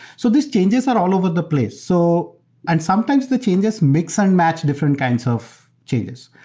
so these changes are all over the place, so and sometimes the changes mix and match different kinds of changes.